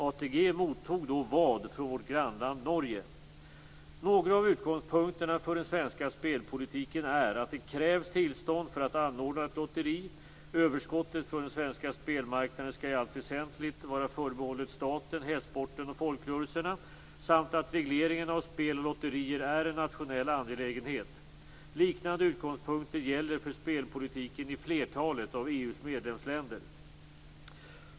ATG mottog då vad från vårt grannland Några av utgångspunkterna för den svenska spelpolitiken är att det krävs tillstånd för att anordna ett lotteri, överskottet från den svenska spelmarknaden skall i allt väsentligt vara förbehållet staten, hästsporten och folkrörelserna samt att regleringen av spel och lotterier är en nationell angelägenhet. Liknande utgångspunkter gäller för spelpolitiken i flertalet av EU:s medlemsländer.